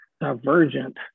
divergent